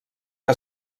que